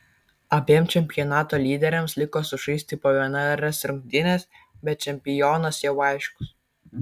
abiem čempionato lyderiams liko sužaisti po vienerias rungtynes bet čempionas jau aiškus